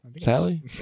Sally